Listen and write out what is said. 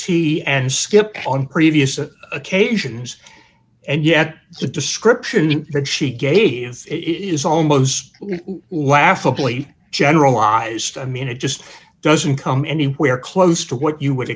tea and skip on previous occasions and yet the description that she gave it is almost laughably generalized i mean it just doesn't come anywhere close to what you would